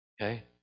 Okay